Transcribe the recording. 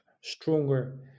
stronger